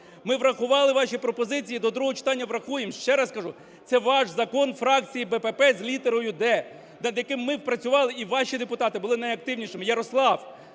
Ми врахували ваші пропозиції і до другого читання врахуємо, ще раз кажу це ваш закон фракції БПП з літерою "д", над яким ми працювали і ваші депутати були найактивнішими. Ярослав,